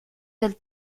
del